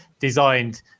designed